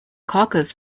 caucus